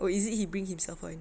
or is it he bring himself [one]